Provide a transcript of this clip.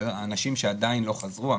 אנשים שעדיין לא חזרו,